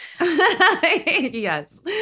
Yes